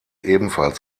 ebenfalls